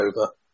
over